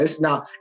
Now